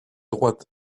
droite